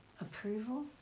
approval